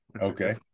Okay